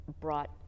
brought